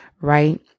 right